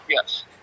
Yes